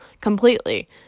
completely